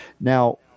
Now